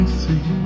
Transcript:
see